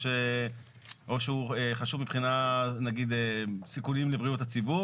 או משהו שחשוב מבחינת סיכונים לבריאות הציבור